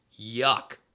Yuck